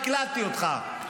הקלטתי אותך.